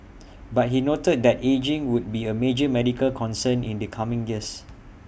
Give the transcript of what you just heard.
but he noted that ageing would be A major medical concern in the coming years